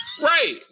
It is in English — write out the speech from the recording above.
Right